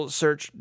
search